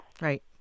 Right